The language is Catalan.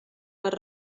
per